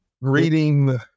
reading